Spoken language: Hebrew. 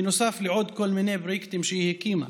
בנוסף לעוד כל מיני פרויקטים שהיא הקימה.